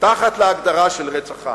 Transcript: תחת ההגדרה של רצח עם.